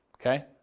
Okay